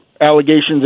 allegations